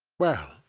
well,